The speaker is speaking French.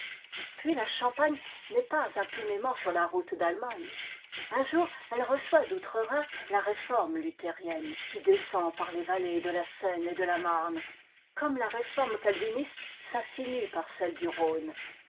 puis la champagne n'est pas impunément sur la route d'allemagne un jour elle reçoit doutre rhin la réforme luthérienne qui descend par les vallées de la seine et de la marne comme la réforme calviniste s'insinue par celle du rhône